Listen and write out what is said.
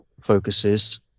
Focuses